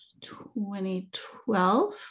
2012